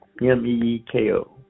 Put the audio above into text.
M-E-E-K-O